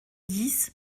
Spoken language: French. dix